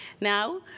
now